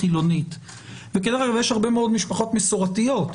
ויש הרבה מאוד משפחות מסורתיות,